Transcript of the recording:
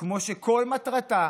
כמו שכל מטרתו